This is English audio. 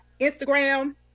Instagram